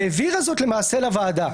והעבירה זאת למעשה לוועדה,